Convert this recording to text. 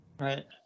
Right